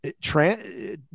trans